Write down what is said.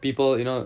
people you know